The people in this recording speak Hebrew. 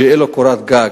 שתהיה לו קורת גג.